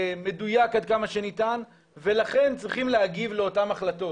מדויק עד כמה שניתן ולכן צריכים להגיב לאותן החלטות